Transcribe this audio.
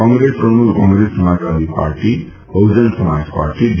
Congress Trinamool Congress Samajwadi party Bahujan Samaj party D